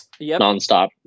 nonstop